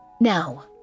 Now